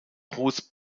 bruce